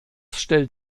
stellt